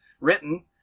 written